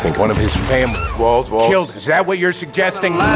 one of his famous walls will heal. is that what you're suggesting?